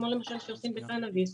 כמו למשל שעושים עם קנביס.